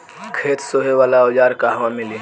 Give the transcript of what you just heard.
खेत सोहे वाला औज़ार कहवा मिली?